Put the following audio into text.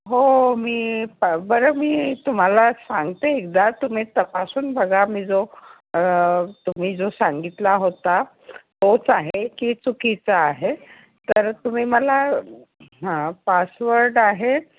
हो मी प बरं मी तुम्हाला सांगते एकदा तुम्ही तपासून बघा मी जो तुम्ही जो सांगितला होता तोच आहे की चुकीचा आहे तर तुम्ही मला हां पासवर्ड आहे